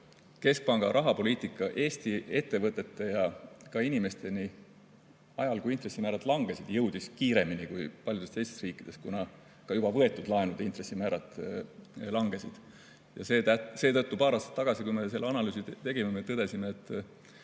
keskpanga rahapoliitika mõju Eesti ettevõtete ja ka inimesteni ajal, kui intressimäärad langesid kiiremini kui paljudes teistes riikides, kuna ka juba võetud laenude intressimäärad langesid. Ja seetõttu paar aastat tagasi, kui me selle analüüsi tegime, me tõdesime, et